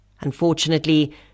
Unfortunately